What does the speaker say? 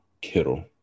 Kittle